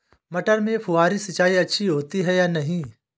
मटर में फुहरी सिंचाई अच्छी होती है या नहीं?